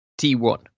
t1